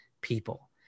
people